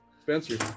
Spencer